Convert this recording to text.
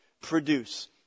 produce